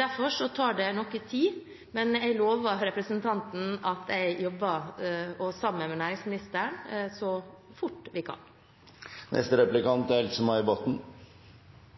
Derfor tar det noe tid, men jeg lover representanten at jeg jobber, sammen med næringsministeren, så fort jeg kan. Jeg synes det er